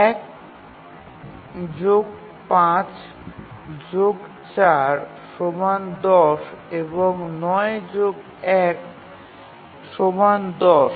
১৫৪১০ এবং ৯১১০